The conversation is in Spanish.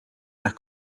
las